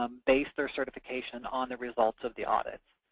um base their certifications on the results of the audit.